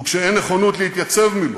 וכשאין נכונות להתייצב מולו,